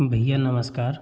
भैया नमस्कार